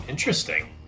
interesting